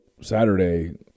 Saturday